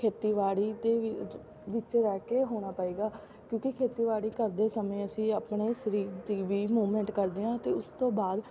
ਖੇਤੀਬਾੜੀ 'ਤੇ ਵਿ ਵਿੱਚ ਰਹਿ ਕੇ ਹੋਣਾ ਪਵੇਗਾ ਕਿਉਂਕਿ ਖੇਤੀਬਾੜੀ ਕਰਦੇ ਸਮੇਂ ਅਸੀਂ ਆਪਣੇ ਸਰੀਰ ਦੀ ਵੀ ਮੂਵਮੈਂਟ ਕਰਦੇ ਹਾਂ ਅਤੇ ਉਸ ਤੋਂ ਬਾਅਦ